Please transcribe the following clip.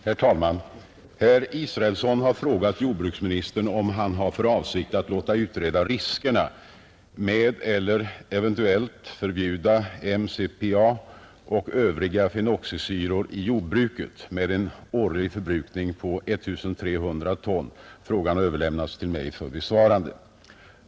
Herr talman! Herr Israelsson har frågat jordbruksministern om han har för avsikt att låta utreda riskerna med eller eventuellt förbjuda MCPA och övriga fenoxisyror i jordbruket med en årlig förbrukning på 1 300 ton. Frågan har överlämnats till mig för besvarande.